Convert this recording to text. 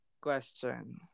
question